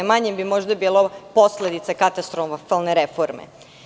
Možda bi manje bilo posledica katastrofalne reforme.